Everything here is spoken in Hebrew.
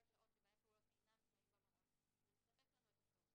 השעות שבהן הפעוטות אינם שוהים במעון" זה מספק לנו את הצורך.